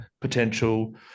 potential